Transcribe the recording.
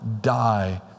die